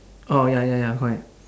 orh ya ya ya correct